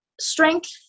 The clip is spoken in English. strength